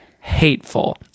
hateful